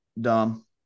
dumb